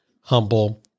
humble